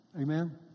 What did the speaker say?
Amen